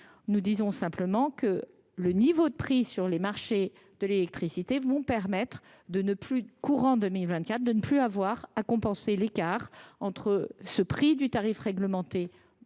nous disons simplement que le niveau de prix sur les marchés de l’électricité permettra, en 2024, de ne plus devoir compenser l’écart entre le tarif réglementé